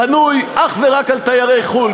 בנוי אך ורק על תיירי חו"ל,